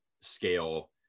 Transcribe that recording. scale